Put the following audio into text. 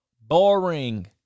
Boring